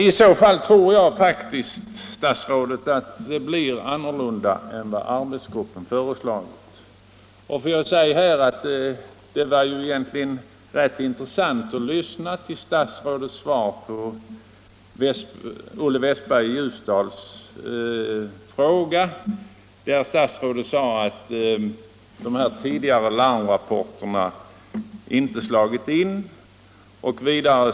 I så fall tror jag faktiskt att ställningstagandet blir annorlunda än vad arbetsgruppen har föreslagit. Det var egentligen rätt intressant att lyssna till statsrådets svar på frågan av Olle Westberg i Ljusdal. Statsrådet sade att de tidigare larmrapporterna om ett överskott av lärare inte hade slagit in.